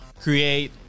create